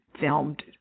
filmed